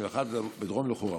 31 מדרום לחורה.